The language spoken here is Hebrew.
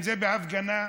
בהפגנה,